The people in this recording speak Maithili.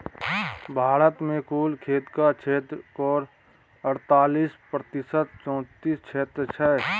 भारत मे कुल खेतक क्षेत्र केर अड़तालीस प्रतिशत सिंचित क्षेत्र छै